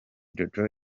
jojo